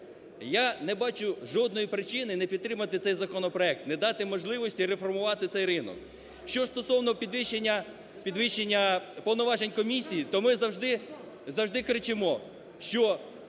Я не бачу жодної причини не підтримати цей законопроект, не дати можливість реформувати цей ринок. Що стосовно підвищення повноважень комісій, то ми завжди кричимо, що